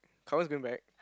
Kao Yan is going back